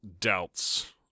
doubts